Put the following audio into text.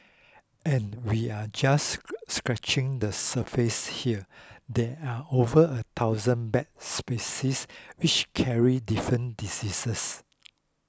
and we are just scratching the surface here there are over a thousand bat species each carrying different diseases